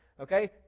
Okay